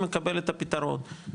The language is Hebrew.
מקבל את הפתרון,